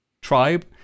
tribe